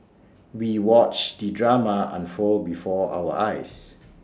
we watched the drama unfold before our eyes